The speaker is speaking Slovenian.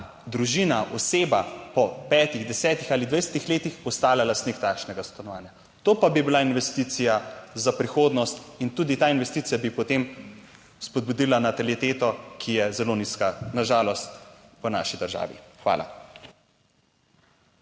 družina, oseba po 5, 10 ali 20 letih postala lastnik takšnega stanovanja. To pa bi bila investicija za prihodnost in tudi ta investicija bi potem spodbudila nataliteto, ki je zelo nizka na žalost v naši državi. Hvala.